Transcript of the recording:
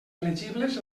elegibles